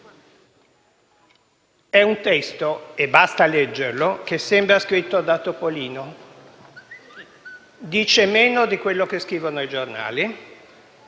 È un testo, basta leggerlo, che sembra scritto da Topolino. Dice meno di quello che scrivono i giornali